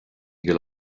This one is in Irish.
gcill